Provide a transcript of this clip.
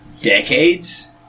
decades